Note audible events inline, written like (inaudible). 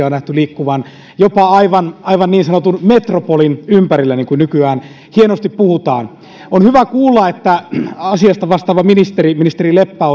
(unintelligible) on nähty liikkuvan jopa aivan aivan niin sanotun metropolin ympärillä niin kuin nykyään hienosti puhutaan on hyvä kuulla että asiasta vastaava ministeri ministeri leppä (unintelligible)